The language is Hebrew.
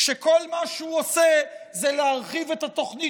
כשכל מה שהוא עושה זה להרחיב את התוכנית